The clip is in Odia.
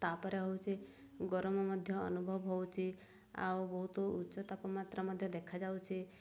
ତାପରେ ହେଉଛି ଗରମ ମଧ୍ୟ ଅନୁଭବ ହେଉଛି ଆଉ ବହୁତ ଉଚ୍ଚ ତାପମାତ୍ରା ମଧ୍ୟ ଦେଖାଯାଉଛି